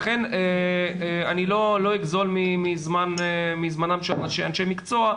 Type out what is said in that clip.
אני לא אגזול מזמנם של אנשי המקצוע,